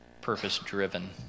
purpose-driven